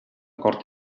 cort